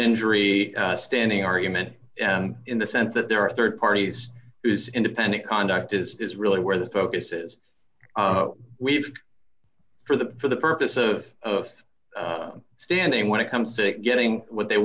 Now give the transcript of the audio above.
injury standing argument in the sense that there are rd parties whose independent conduct is really where the focus is we've for the for the purpose of of them standing when it comes to getting what they